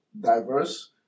diverse